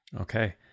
Okay